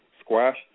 squash